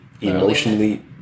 emotionally